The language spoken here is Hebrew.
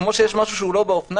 כפי שיש משהו שהוא לא באופנה,